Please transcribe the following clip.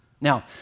Now